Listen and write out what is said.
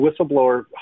whistleblower